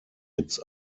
its